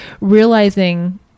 realizing